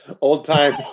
Old-time